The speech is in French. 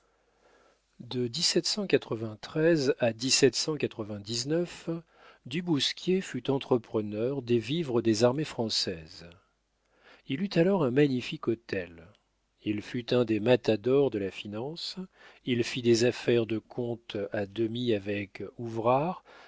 de à du bousquier fut entrepreneur des vivres des armées françaises il eut alors un magnifique hôtel il fut un des matadors de la finance il fit des affaires de compte à demi avec